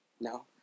No